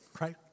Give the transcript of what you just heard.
Right